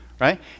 right